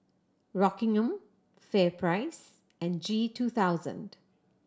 Rockingham FairPrice and G two thousand